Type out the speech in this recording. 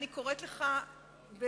אני קוראת לך בתחינה,